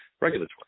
regulatory